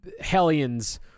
hellions